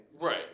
Right